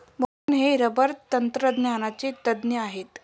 मोहन हे रबर तंत्रज्ञानाचे तज्ज्ञ आहेत